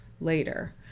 later